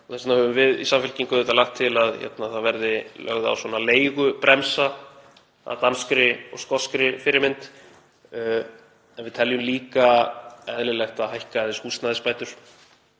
þess vegna höfum við í Samfylkingu lagt til að það verði lögð á leigubremsa að danskri og skoskri fyrirmynd. En við teljum líka eðlilegt að hækka aðeins húsnæðisbætur